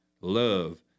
love